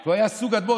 והוא היה סוג אדמו"ר,